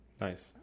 Nice